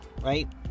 right